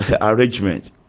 arrangement